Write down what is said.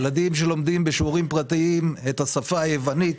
ילדים שלומדים בשיעורים פרטיים את השפה היוונית,